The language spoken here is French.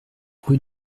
rue